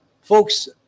Folks